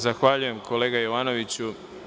Zahvaljujem, kolega Jovanoviću.